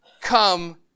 come